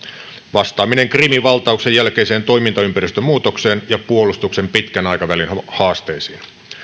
vastaaminen krimin valtauksen jälkeiseen toimintaympäristön muutokseen ja puolustuksen pitkän aikavälin haasteisiin